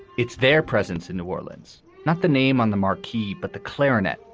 it's their presence in new orleans, not the name on the marquee, but the clarinet.